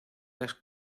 las